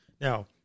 Now